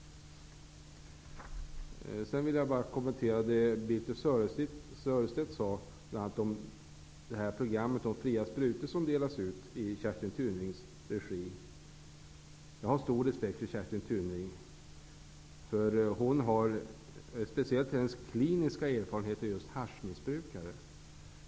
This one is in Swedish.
Jag har stor respekt för Kerstin Tunving, som har klinisk erfarenhet speciellt från arbete med haschmissbrukare.